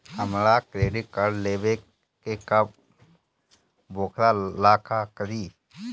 हमरा credit card लेवे के बा वोकरा ला का करी?